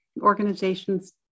organizations